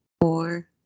four